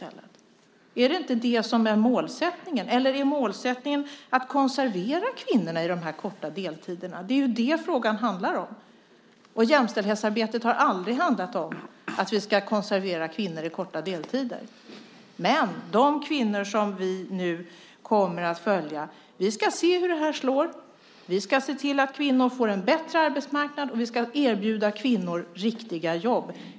Är det inte det som är målsättningen? Är målsättningen att konservera kvinnorna i de korta deltiderna? Det är det frågan handlar om. Jämställdhetsarbetet har aldrig handlat om att konservera kvinnor i korta deltider. Vi ska följa kvinnorna och se hur detta slår. Vi ska se till att kvinnor får en bättre arbetsmarknad, och vi ska erbjuda kvinnor riktiga jobb.